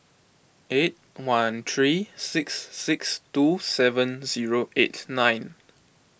eight one three six six two seven zero eight nine